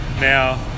Now